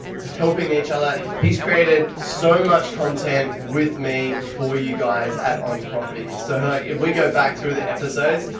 helping each other. he's created so much content with me for you guys at on properties. so if we go back through the episodes,